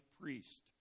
priest